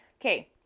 Okay